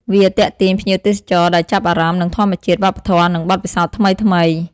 វាទាក់ទាញភ្ញៀវទេសចរដែលចាប់អារម្មណ៍នឹងធម្មជាតិ វប្បធម៌ និងបទពិសោធន៍ថ្មីៗ។